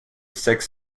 six